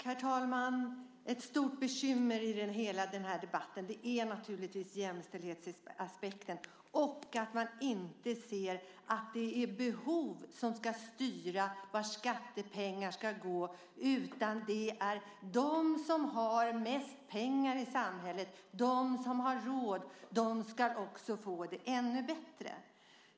Herr talman! Ett stort bekymmer i hela den här debatten är naturligtvis jämställdhetsaspekten och att man inte ser att det är behov som ska styra vart skattepengar ska gå. De som har mest pengar i samhället, de som har råd, ska få det ännu bättre.